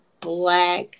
black